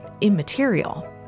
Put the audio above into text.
immaterial